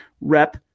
rep